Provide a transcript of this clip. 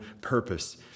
purpose